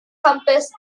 compass